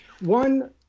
One